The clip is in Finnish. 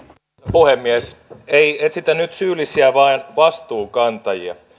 puhemies ei etsitä nyt syyllisiä vaan vastuunkantajia